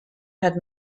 had